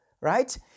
right